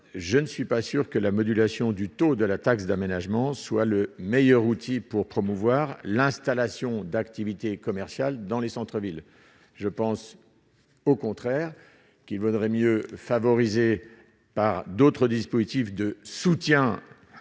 je ne suis pas sûr que la modulation du taux de la taxe d'aménagement, soit le meilleur outil pour promouvoir l'installation d'activités commerciales dans les centre-villes je pense au contraire qu'il vaudrait mieux favoriser par d'autres dispositifs de soutien